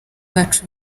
bacu